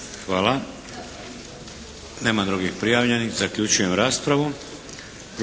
Hvala. Nema drugih prijavljenih. Zaključujem raspravu.